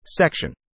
Section